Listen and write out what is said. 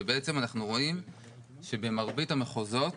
ואנחנו רואים שבמרבית המחוזות